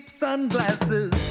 sunglasses